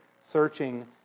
searching